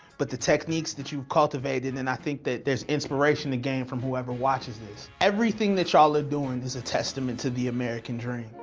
but the techniques that you've cultivated and i think that there's inspiration to gain from whoever watches this. everything that y'all are doing is a testament to the american dream.